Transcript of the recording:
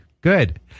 Good